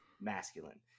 masculine